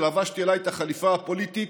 מאז לבשתי עליי את החליפה הפוליטית,